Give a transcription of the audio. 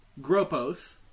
Gropos